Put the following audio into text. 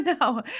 No